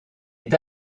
est